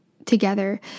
together